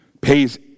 pays